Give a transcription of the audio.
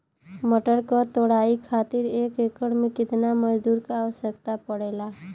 मटर क तोड़ाई खातीर एक एकड़ में कितना मजदूर क आवश्यकता पड़ेला?